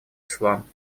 ислам